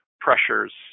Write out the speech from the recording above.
pressures